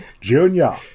Junior